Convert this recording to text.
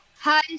Hi